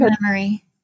memory